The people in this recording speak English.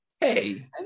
Hey